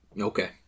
Okay